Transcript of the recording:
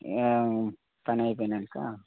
ఇక పని అయిపోయినాకా